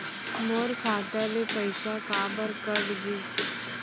मोर खाता ले पइसा काबर कट गिस?